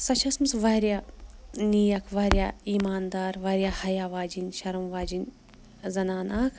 سۄ چھےٚ ٲسمٕژ واریاہ نیک واریاہ ایٖماندار واریاہ حیا واجیٚنۍ شرم واجیٚنۍ زَنان اَکھ